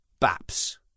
baps